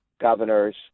governors